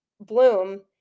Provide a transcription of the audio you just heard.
Bloom